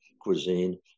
cuisine